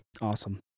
awesome